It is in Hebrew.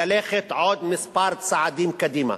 ללכת עוד כמה צעדים קדימה.